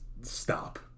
stop